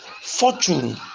fortune